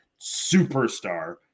superstar